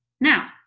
Now